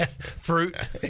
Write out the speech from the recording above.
Fruit